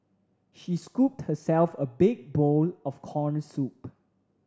she scooped herself a big bowl of corn soup